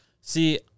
See